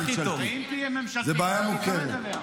כל האוכלוסיות האלה היו פשוט נזרקות לכלבים.